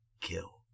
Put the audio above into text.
Kill